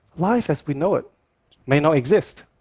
life as we know it may not exist.